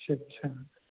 اچھا اچھا